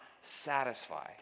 satisfy